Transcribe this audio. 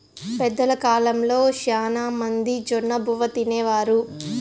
పెద్దల కాలంలో శ్యానా మంది జొన్నబువ్వ తినేవారు